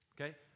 Okay